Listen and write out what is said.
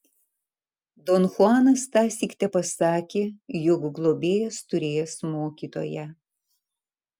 don chuanas tąsyk tepasakė jog globėjas turėjęs mokytoją